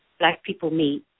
BlackpeopleMeet